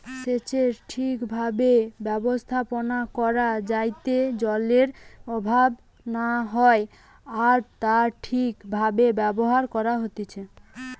সেচের ঠিক ভাবে ব্যবস্থাপনা করা যাইতে জলের অভাব না হয় আর তা ঠিক ভাবে ব্যবহার করা হতিছে